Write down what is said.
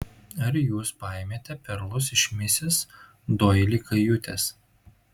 ar jūs paėmėte perlus iš misis doili kajutės